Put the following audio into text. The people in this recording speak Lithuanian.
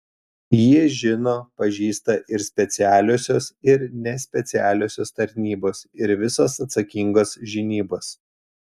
jį žino pažįsta ir specialiosios ir nespecialiosios tarnybos ir visos atsakingos žinybos